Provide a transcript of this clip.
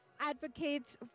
advocates